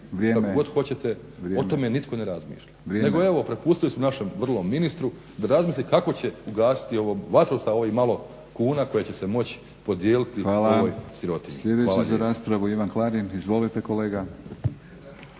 O tome nitko ne razmišlja. Nego evo prepustili su našem vrlom ministru da razmisli kako će ugasiti vatru sa ovih malo kuna koje će se moći podijeliti ovoj sirotinji. **Batinić, Milorad (HNS)** Hvala. Sljedeći za raspravu Ivan Klarin. Izvolite kolega.